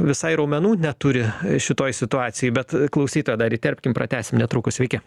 visai raumenų neturi šitoj situacijoj bet klausytoją dar įterpkim pratęsim netrukus sveiki